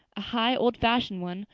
a high, old-fashioned one,